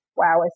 wow